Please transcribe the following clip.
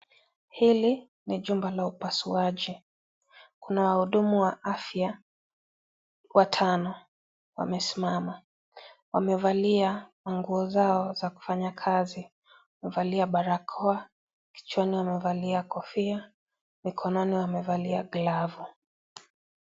Hili ni jumba la upasuaji. Kuna wahudumu wa afya watano wamesimama. Wamevalia nguo zao za kufanya kazi, wamevalia barakoa, kichwani wamevalia kofia, mikononi wamevalia glavu.